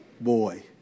boy